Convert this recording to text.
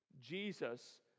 Jesus